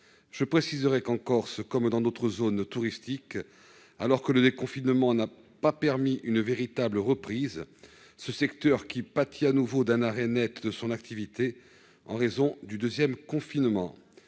fiscales. En Corse, comme dans d'autres zones touristiques, alors que le déconfinement n'a pas permis une véritable reprise, le secteur du tourisme pâtit de nouveau d'un arrêt net de son activité en raison du deuxième confinement.